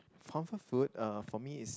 comfort food uh for me is